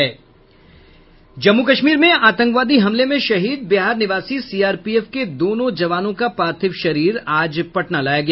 जम्मू कश्मीर में आतंकवादी हमले में शहीद बिहार निवासी सीआरपीएफ के दोनों जवानों का पार्थिव शरीर आज पटना लाया गया